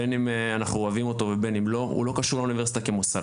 בין אם אנחנו אוהבים אותו ובין אם לא - הוא לא קשור לאוניברסיטה כמוסד.